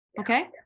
Okay